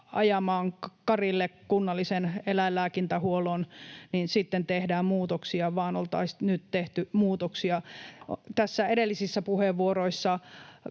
ajamaan karille kunnallisen eläinlääkintähuollon, niin sitten tehdään muutoksia, vaan oltaisiin tehty muutoksia nyt. Tässä edellisissä puheenvuoroissa